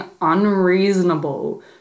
unreasonable